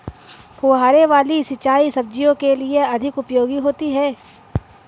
फुहारे वाली सिंचाई सब्जियों के लिए अधिक उपयोगी होती है?